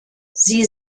sie